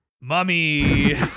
mommy